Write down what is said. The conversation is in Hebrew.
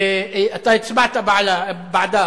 ואתה הצבעת בעדה,